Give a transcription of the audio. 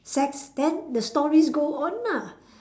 sex then the stories go on ah